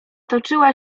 toczyła